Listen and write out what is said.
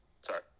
sorry